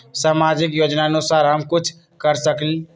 सामाजिक योजनानुसार हम कुछ कर सकील?